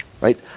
right